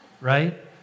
right